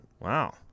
Wow